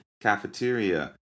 cafeteria